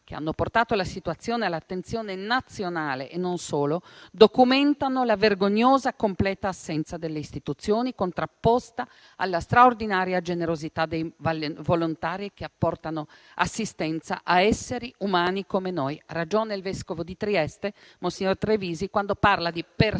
che hanno portato la situazione all'attenzione nazionale e non solo, documentano la vergognosa, completa assenza delle istituzioni contrapposta alla straordinaria generosità dei volontari che apportano assistenza a esseri umani come noi. Ha ragione il vescovo di Trieste, monsignor Trevisi, quando parla di persone,